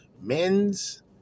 Men's